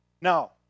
Now